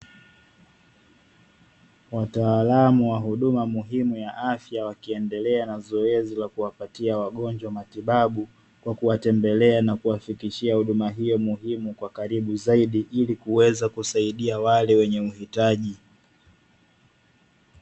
Wataalamu wa huduma muhimu ya afya, wakiendelea na zoezi la kuwapaitia wagonjwa matibabu kwa kuwatembelea na kuwafikishia huduma hiyo muhimu, karibu zaidi ilikuweza kuwasaidia wale wenye uhitaji.